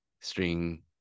string